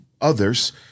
others